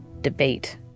debate